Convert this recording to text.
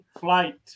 Flight